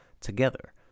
together